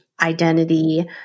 identity